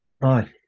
Right